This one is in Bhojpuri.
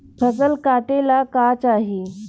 फसल काटेला का चाही?